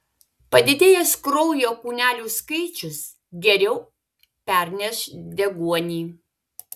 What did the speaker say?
padidėjęs kraujo kūnelių skaičius geriau perneš deguonį